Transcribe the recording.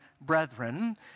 Brethren